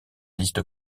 liste